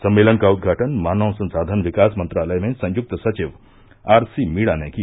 सम्मेलन का उद्घाटन मानव संसाधन विकास मंत्रालय में संयुक्त सचिव आर सी मीणा ने किया